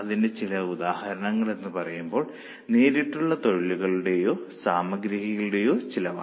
അതിന്റെ ചില ഉദാഹരണങ്ങൾ എന്നുപറയുമ്പോൾ നേരിട്ടുള്ള തൊഴിലാളികളുടെയോ സാമഗ്രികളുടെയോ ചെലവാണ്